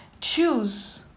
choose